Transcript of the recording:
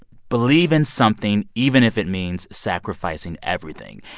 believe in something, even if it means sacrificing everything.